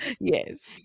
Yes